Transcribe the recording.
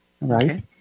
right